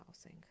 housing